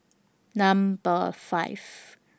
Number five